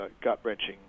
gut-wrenching